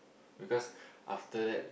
because after that